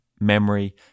memory